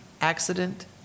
accident